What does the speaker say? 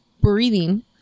breathing